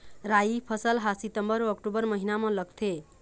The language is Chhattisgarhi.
राई फसल हा सितंबर अऊ अक्टूबर महीना मा लगथे